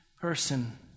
person